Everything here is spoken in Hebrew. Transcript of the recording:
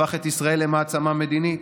הפך את ישראל למעצמה מדינית,